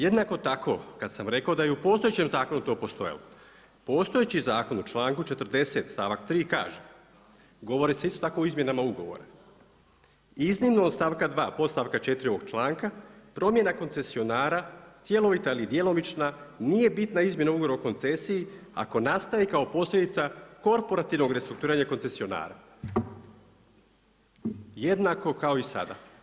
Jednako tako, kada sam rekao da je i u postojećem zakonu to postojalo, postojeći zakon u članku 40, stavak 3 kaže, govori se isto tako o izmjenama ugovora, iznimno od stavka 2, podstavka 4 ovoga članka promjena koncesionara cjelovita ili djelomična nije bitna izmjena ugovora o koncesiji ako nastaje kao posljedica korporativnog restrukturiranja koncesionara jednako kao i sada.